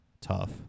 tough